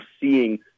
seeing –